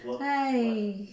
!hais!